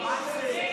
מה זה?